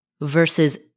versus